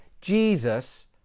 Jesus